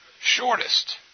shortest